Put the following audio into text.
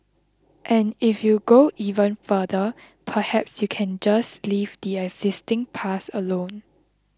and if you go even further perhaps you can just leave the existing paths alone